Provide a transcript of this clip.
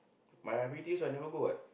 my I_P_P_T also I never go what